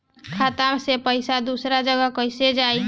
खाता से पैसा दूसर जगह कईसे जाई?